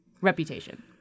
reputation